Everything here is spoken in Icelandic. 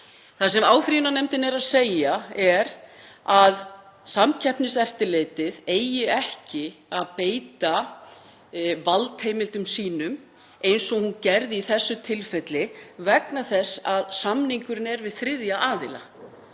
Það sem áfrýjunarnefndin er að segja er að Samkeppniseftirlitið eigi ekki að beita valdheimildum sínum eins og hún gerði í þessu tilfelli vegna þess að samningurinn er við þriðja aðila.